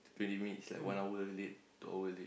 twenty minutes like one hour late two hour late